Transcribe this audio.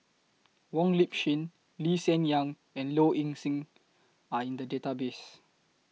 Wong Lip Chin Lee Hsien Yang and Low Ing Sing Are in The Database